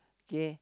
K